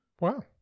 Wow